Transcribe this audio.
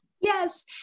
Yes